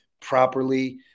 properly